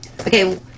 Okay